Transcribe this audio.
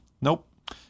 Nope